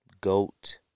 Goat